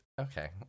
Okay